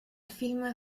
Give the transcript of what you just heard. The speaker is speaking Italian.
film